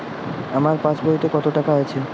আমার পাসবইতে কত টাকা আছে?